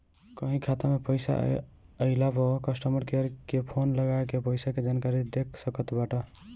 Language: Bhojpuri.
कहीं खाता में पईसा आइला पअ कस्टमर केयर के फोन लगा के पईसा के जानकारी देख सकत बाटअ